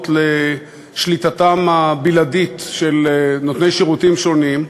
לשליטתם הבלעדית של נותני שירותים שונים,